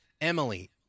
Emily